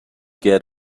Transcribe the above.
get